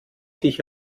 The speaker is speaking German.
dich